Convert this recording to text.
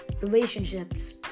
Relationships